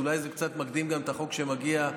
אז אולי זה קצת מקדים את החוק שמגיע.